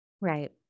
right